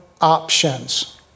options